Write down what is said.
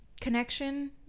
Connection